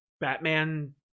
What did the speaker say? batman